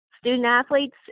student-athletes